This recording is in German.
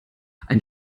einen